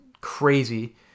crazy